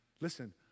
Listen